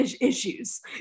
issues